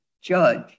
judge